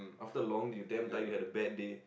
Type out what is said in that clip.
after long you damn tired you have a bad day